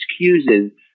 excuses